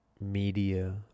media